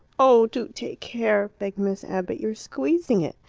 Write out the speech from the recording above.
oh, do take care! begged miss abbott. you are squeezing it.